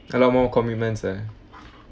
cut off more commitments eh